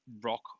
rock